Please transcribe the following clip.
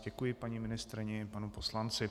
Děkuji paní ministryni a panu poslanci.